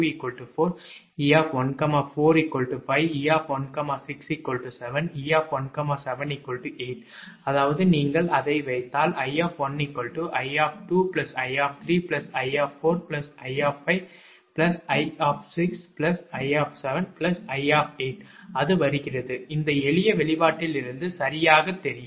எனவே 𝑒 11 2 𝑒 12 3 𝑒 12 4 𝑒 14 5 e 16 7 e 17 8 அதாவது நீங்கள் அதை வைத்தால் 𝐼 𝑖 𝑖 𝑖 𝑖 𝑖 𝑖 𝑖 அது வருகிறது இந்த எளிய வெளிப்பாட்டிலிருந்து சரியாகத் தெரியும்